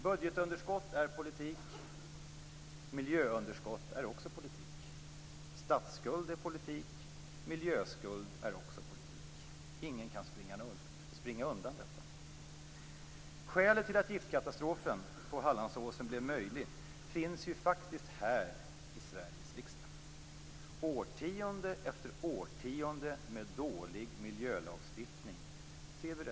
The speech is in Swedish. Budgetunderskott är politik - miljöunderskott är också politik. Statsskuld är politik - miljöskuld är också politik. Ingen kan springa undan detta. Skälet till att giftkatastrofen på Hallandsåsen blev möjlig finns faktiskt här i Sveriges riksdag. Det är årtionde efter årtionde med dålig miljölagstiftning som vi ser resultatet av.